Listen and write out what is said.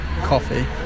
coffee